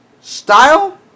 Style